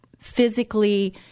physically